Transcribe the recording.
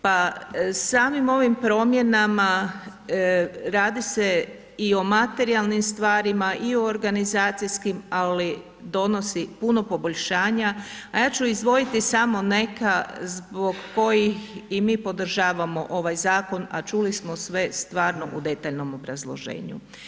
Pa samim ovim promjenama radi se i o materijalnim stvarima i o organizacijskim ali donosi puno poboljšanja, a ja ću izdvojiti samo neka zbog kojih i mi podržavamo ovaj zakon, a čuli smo sve stvarno u detaljnom obrazloženju.